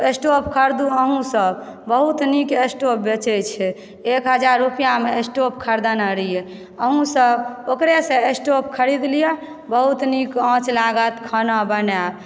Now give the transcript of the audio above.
stove खरीदु अहुँसभ बहुत नीक स्टोव बेचय छै एक हजार रुपैआमे स्टोव खरीदने रहिए रही अहुँसभ ओकरेसँ स्टोव खरीद लिअ बहुत नीक आँच लागत खाना बनाएब